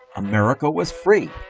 america was free!